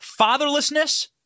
Fatherlessness